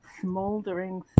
smoldering